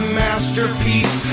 masterpiece